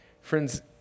Friends